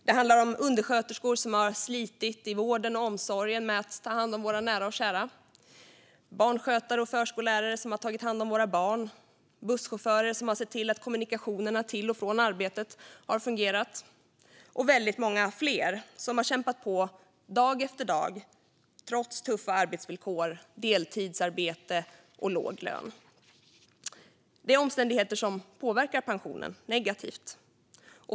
Det handlar om undersköterskor som har slitit i vården och omsorgen med att ta hand om våra nära och kära, barnskötare och förskollärare som har tagit hand om våra barn, busschaufförer som har sett till att kommunikationerna till och från arbetet har fungerat och väldigt många fler som har kämpat på dag efter dag, trots tuffa arbetsvillkor, deltidsarbete och låg lön. Det är omständigheter som påverkar pensionen negativt.